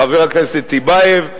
חבר הכנסת טיבייב,